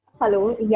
Hello